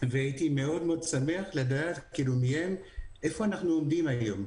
והייתי מאוד מאוד שמח לדעת מהם איפה אנחנו עומדים היום,